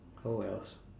oh wells